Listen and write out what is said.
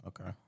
okay